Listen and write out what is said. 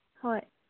ꯍꯣꯏ